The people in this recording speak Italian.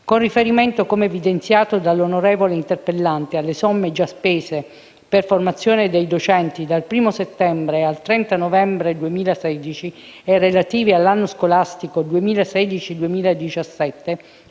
Con riferimento, come evidenziato dall'onorevole interpellante, alle somme già spese per formazione dei docenti dal 1° settembre al 30 novembre 2016 e relative all'anno scolastico 2016-2017,